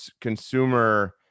consumer